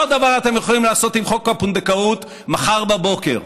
אותו דבר אתם יכולים לעשות עם חוק הפונדקאות מחר בבוקר.